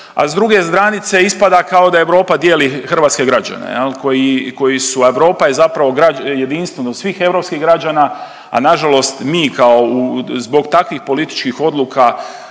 A s druge granice ispada kao da Europa dijeli hrvatske građane koji su, Europa je zapravo jedinstvenost svih europskih građana, a na žalost mi kao zbog takvih političkih odluka